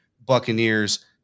Buccaneers